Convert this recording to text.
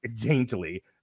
daintily